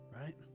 right